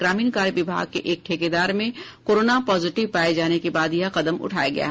ग्रामीण कार्य विभाग के एक ठेकेदार में कोरोना पॉजिटिव पाये जाने के बाद यह ककदम उठाया गया है